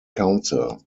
council